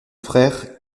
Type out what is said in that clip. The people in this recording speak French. frère